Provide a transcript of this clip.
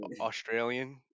Australian